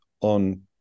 on